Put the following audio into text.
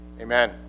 Amen